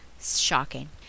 shocking